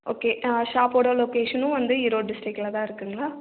okay நான் ஷாப்போட லொக்கேஷனும் வந்து ஈரோடு டிஸ்டிரிக்டில் தான் இருக்குங்களா